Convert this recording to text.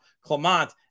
Clement